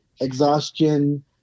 exhaustion